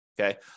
okay